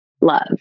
love